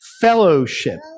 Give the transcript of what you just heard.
fellowship